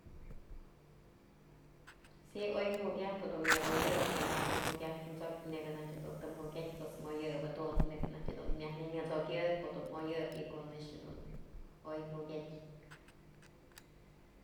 Si oy mukyajtë dun myak oyëp konajtyë mukyatë t'sokyë nebya anajtyë të mukyatyë moyëb jedun neyb naj dun myaj nëmësokyë ko'o dun moyëp ko'o nëx dun oy mukyatë.